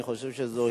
אני חושב שזה,